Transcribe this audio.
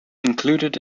included